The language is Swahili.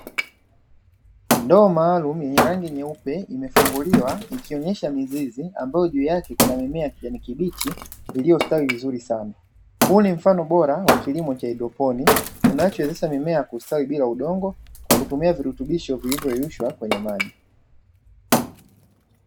Ndoo maalumu yenye rangi nyeupe imefunguliwa ikionyesha mizizi ambayo juu yake kuna mimea ya kijani kibichi iliyostawi vizuri sana. Huu ni mfano bora wa kilimo cha haidroponi unachowezesha mimea kustawi bila udongo kwa kutumia virutubisho vilivyo yeyushwa kwenye maji.